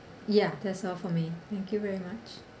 ya that's all for me thank you very much